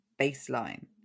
baseline